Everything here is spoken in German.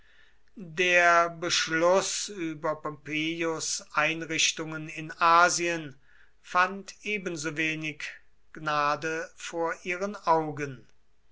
der beschluß über pompeius einrichtungen in asien fand ebensowenig gnade vor ihren augen